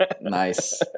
Nice